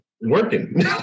working